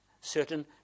certain